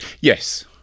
Yes